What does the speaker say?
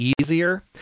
easier